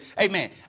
Amen